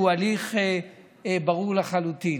שהוא הליך ברור לחלוטין.